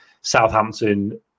Southampton